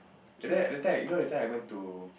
and then at that time you know I went to